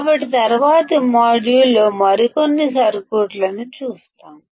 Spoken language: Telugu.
కాబట్టి తరువాతి మాడ్యూల్లో మరికొన్ని సర్క్యూట్లను చూస్తాము